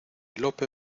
lope